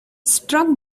struck